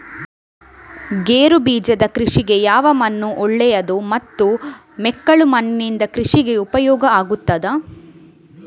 ಗೇರುಬೀಜದ ಕೃಷಿಗೆ ಯಾವ ಮಣ್ಣು ಒಳ್ಳೆಯದು ಮತ್ತು ಮೆಕ್ಕಲು ಮಣ್ಣಿನಿಂದ ಕೃಷಿಗೆ ಉಪಯೋಗ ಆಗುತ್ತದಾ?